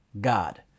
God